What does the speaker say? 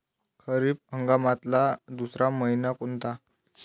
खरीप हंगामातला दुसरा मइना कोनता?